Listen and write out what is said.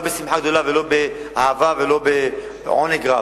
לא בשמחה גדולה ולא באהבה ולא בעונג רב.